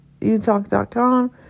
utalk.com